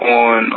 on